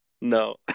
no